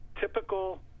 typical